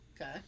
okay